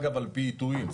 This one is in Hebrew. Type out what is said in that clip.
על פי עיתויים,